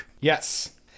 Yes